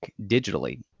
digitally